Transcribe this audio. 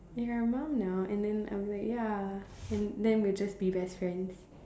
you're a mom now and then I'll be like ya and then we will just be best friends